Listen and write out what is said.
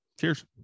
cheers